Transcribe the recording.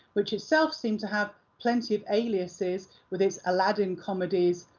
which itself seemed to have plenty of aliases with its aladdin comedies,